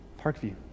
Parkview